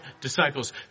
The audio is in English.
Disciples